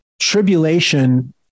tribulation